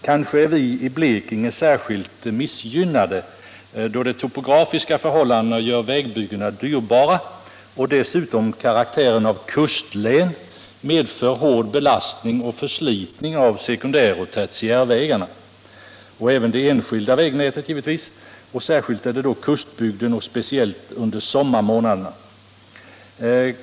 Kanske är vi i Blekinge särskilt missgynnade, då de topografiska förhållandena gör vägbyggena dyrbara och dessutom karaktären av kustlän medför hård belastning och förslitning av sekundäroch tertiärvägarna — och givetvis även av det enskilda vägnätet — särskilt i kustbygden och speciellt under sommarmånaderna.